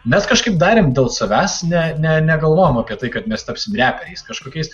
mes kažkaip darėm dėl savęs ne ne negalvojoe apie tai kad mes tapsim reperiais kažkokiais